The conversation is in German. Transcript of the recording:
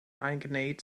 eingenäht